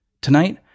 Tonight